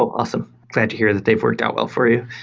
awesome. glad to hear that they've worked out well for you.